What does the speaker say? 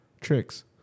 tricks